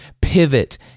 pivot